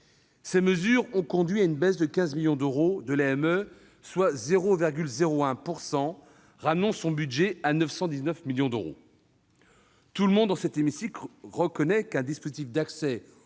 Ces mesures ont conduit à une baisse de 15 millions d'euros de l'AME, ramenant son budget à 919 millions d'euros. Tout le monde dans cet hémicycle reconnaît qu'un dispositif d'accès